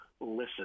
listen